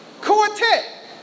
quartet